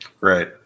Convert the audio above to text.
Right